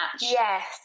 Yes